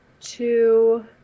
two